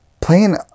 Playing